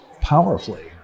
powerfully